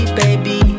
baby